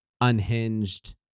unhinged